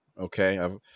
okay